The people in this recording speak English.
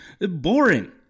Boring